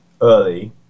early